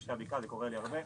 בכבישי הבקעה זה קורה לי הרבה,